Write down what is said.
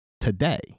today